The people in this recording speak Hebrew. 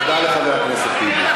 תודה לחבר הכנסת טיבי.